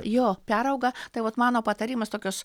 jo perauga tai vot mano patarimas tokios